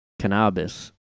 cannabis